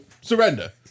surrender